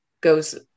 goes